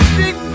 big